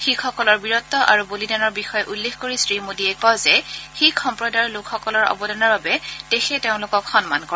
শিখসকলৰ বীৰত্ আৰু বলিদানৰ বিষয়ে উল্লেখ কৰি শ্ৰীমোদীয়ে কয় যে শিক সম্প্ৰদায়ৰ লোকসকলৰ অৱদানৰ বাবে দেশে তেওঁলোকক সন্মান কৰে